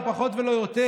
לא פחות ולא יותר,